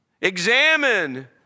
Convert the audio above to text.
examine